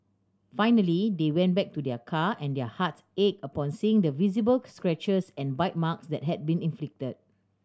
finally they went back to their car and their hearts ached upon seeing the visible scratches and bite marks that had been inflicted